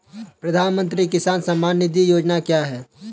प्रधानमंत्री किसान सम्मान निधि योजना क्या है?